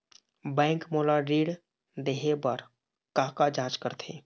Bank मोला ऋण देहे बार का का जांच करथे?